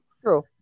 True